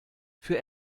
für